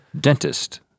dentist